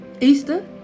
Easter